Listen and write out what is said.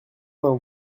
d’un